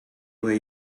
where